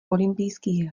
olympijských